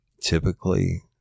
typically